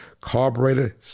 Carburetor